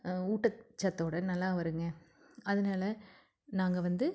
ஊட்டச்சத்தோடு நல்லா வருங்க அதனால் நாங்கள் வந்து